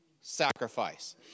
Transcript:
sacrifice